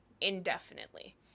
indefinitely